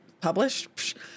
Published